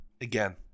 again